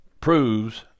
proves